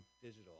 Digital